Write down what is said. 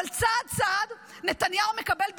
אבל צעד-צעד נתניהו מקבל ביקורת,